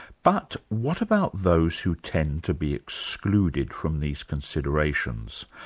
but what about those who tend to be excluded from these considerations?